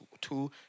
two